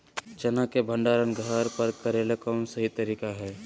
चना के भंडारण घर पर करेले कौन सही तरीका है?